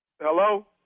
Hello